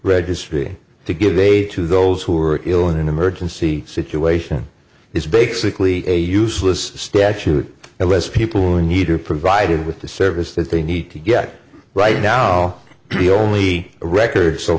aid to those who are ill in an emergency situation is basically a useless statute and less people in need are provided with the service that they need to get right now the only record so